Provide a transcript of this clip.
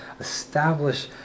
establish